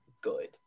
good